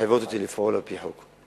מחייבים אותי לפעול על-פי חוק.